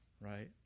right